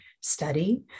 study